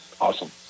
Awesome